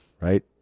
Right